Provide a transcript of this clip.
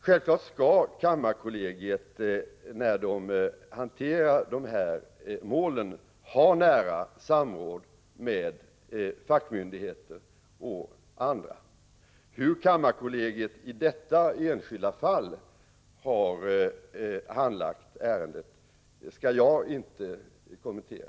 Självfallet skall kammarkollegiet när man hanterar de här målen ha nära samråd med fackmyndigheter och andra. Hur kammarkollegiet i detta enskilda fall har handlagt ärendet skall jag inte kommentera.